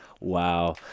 Wow